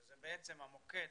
שזה בעצם המוקד